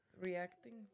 Reacting